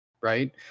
right